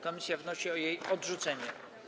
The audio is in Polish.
Komisja wnosi o jej odrzucenie.